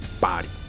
body